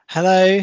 Hello